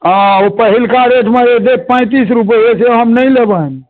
हँ ओ पहिलका रेटमे जे देत पैंतीस रुपैए से हम नहि लेबनि